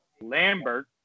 Lambert